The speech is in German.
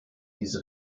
diese